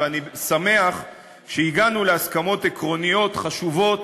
ואני שמח שהגענו להסכמות עקרוניות חשובות